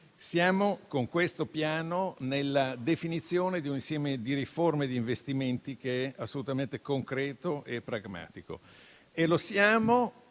siamo, con questo piano, nella definizione di un insieme di riforme e di investimenti assolutamente concreto e pragmatico.